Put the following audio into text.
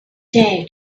day